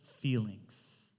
feelings